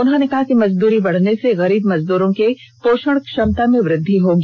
उन्होंने कहा कि मजदूरी बढने से गरीब मजदूरों के पोषण क्षमता में वृद्धि होगी